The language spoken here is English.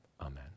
amen